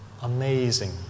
amazing